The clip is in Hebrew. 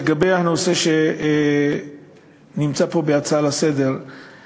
לגבי הנושא שנמצא פה בהצעה לסדר-היום,